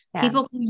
people